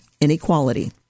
inequality